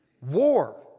war